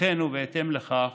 לכן ובהתאם לכך